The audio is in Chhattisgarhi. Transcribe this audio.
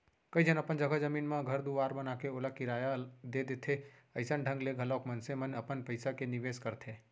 कइ झन अपन जघा जमीन म घर दुवार बनाके ओला किराया दे देथे अइसन ढंग ले घलौ मनसे मन अपन पइसा के निवेस करथे